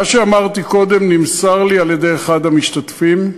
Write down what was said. מה שאמרתי קודם נמסר לי על-ידי אחד המשתתפים,